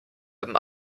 haben